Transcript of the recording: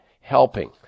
helping